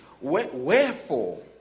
wherefore